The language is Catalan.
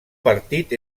partit